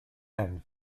and